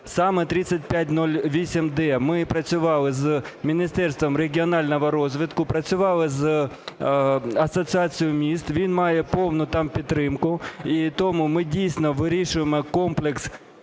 Саме 3508-д. Ми працювали з Міністерством регіонального розвитку, працювали з Асоціацією міст, він має повну там підтримку. І тому ми дійсно вирішуємо комплекс